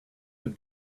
have